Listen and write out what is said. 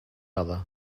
other